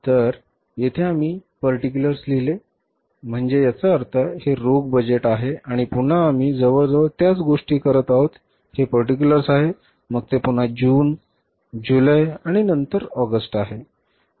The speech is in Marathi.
तर येथे आम्ही पर्टीकुलर्स लिहिले आहे म्हणजे याचा अर्थ हे रोख बजेट आहे आणि पुन्हा आम्ही जवळजवळ त्याच गोष्टी करत आहोत हे particulars आहे मग ते पुन्हा जून आहे मग ते जुलै आहे आणि नंतर ऑगस्ट बरोबर आहे